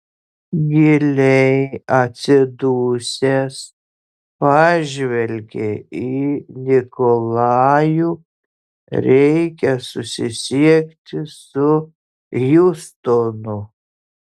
giliai atsidusęs pažvelgė į nikolajų reikia susisiekti su hjustonu